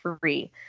free